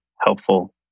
helpful